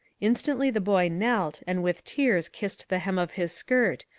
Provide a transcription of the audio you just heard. instantly the boy knelt and with tears kissed the hem of his skirt,